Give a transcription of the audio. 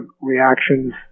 reactions